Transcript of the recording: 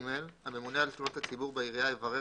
הממונה על תלונות הציבור בעירייה יברר